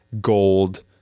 gold